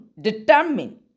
determine